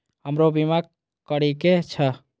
हमरो बीमा करीके छः?